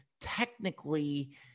technically